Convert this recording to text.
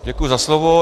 Děkuji za slovo.